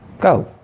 go